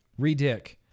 Redick